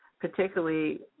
particularly